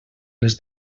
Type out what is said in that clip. les